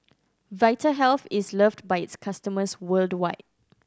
Vitahealth is loved by its customers worldwide